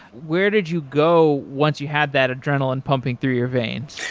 where did you go once you had that adrenaline pumping through your veins?